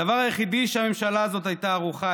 הדבר היחיד שהממשלה הזאת הייתה ערוכה